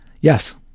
Yes